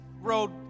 road